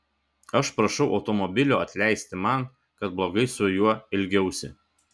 aš prašau automobilio atleisti man kad blogai su juo elgiausi